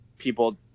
people